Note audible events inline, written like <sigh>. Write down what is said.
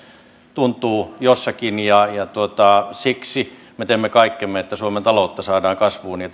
tuntuu jossakin ja siksi me teemme kaikkemme että suomen taloutta saadaan kasvuun ja <unintelligible>